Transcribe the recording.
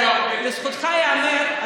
לזכותך ייאמר,